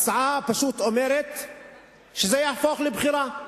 ההצעה פשוט אומרת שזה יהפוך לבחירה.